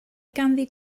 ganddi